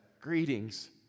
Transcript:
greetings